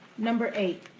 number eight.